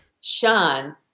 Sean